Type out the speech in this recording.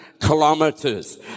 kilometers